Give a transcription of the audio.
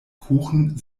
kuchen